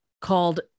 called